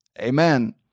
amen